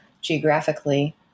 geographically